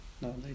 No